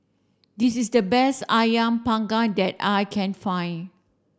this is the best Ayam panggang that I can find